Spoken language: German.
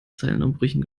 zeilenumbrüchen